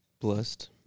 Blessed